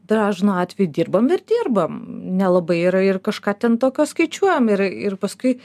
dažnu atveju dirbam ir dirbam nelabai ir ir kažką ten tokio skaičiuojam ir ir paskui